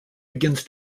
begins